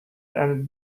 and